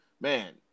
man